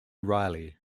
riley